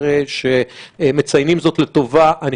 זה ירד ל-232.